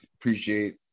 appreciate